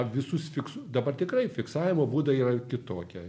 visus fiks dabar tikrai fiksavimo būdai yra kitokie